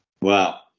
Wow